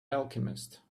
alchemist